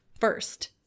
first